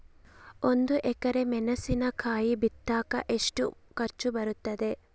ಒಂದು ಎಕರೆ ಮೆಣಸಿನಕಾಯಿ ಬಿತ್ತಾಕ ಎಷ್ಟು ಖರ್ಚು ಬರುತ್ತೆ?